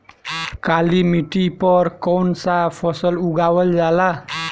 काली मिट्टी पर कौन सा फ़सल उगावल जाला?